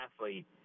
athlete